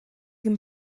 can